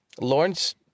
Lawrence